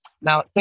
Now